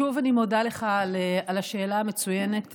שוב אני מודה לך על השאלה המצוינת,